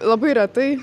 labai retai